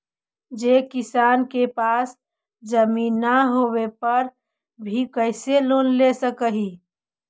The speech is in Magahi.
जे किसान के पास जमीन न होवे पर भी कैसे लोन ले सक हइ?